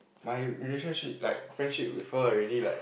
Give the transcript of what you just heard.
my relationship like friendship with her already like